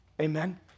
Amen